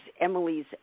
Emily's